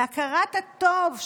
להכרת הטוב,